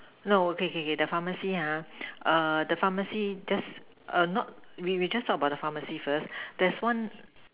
no okay okay okay the pharmacy ha err the pharmacy just err not we we just talk about the pharmacy first there's one